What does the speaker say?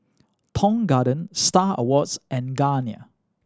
Tong Garden Star Awards and Garnier